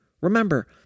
Remember